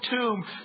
tomb